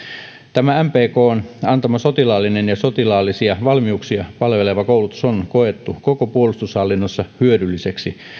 tämä mpkn antama sotilaallinen ja sotilaallisia valmiuksia palveleva koulutus on koettu koko puolustushallinnossa hyödylliseksi